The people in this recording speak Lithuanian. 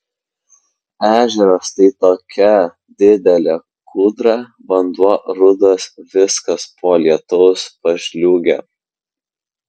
ežeras tai tokia didelė kūdra vanduo rudas viskas po lietaus pažliugę